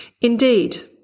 Indeed